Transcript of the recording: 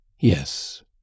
Yes